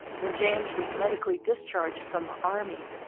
when james was medically discharged from the army,